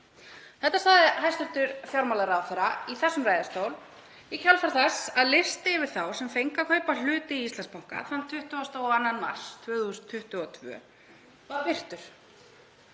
Þetta sagði hæstv. fjármálaráðherra í þessum ræðustól í kjölfar þess að listi yfir þá sem fengu að kaupa hluti í Íslandsbanka þann 22. mars 2022 var birtur.